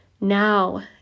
Now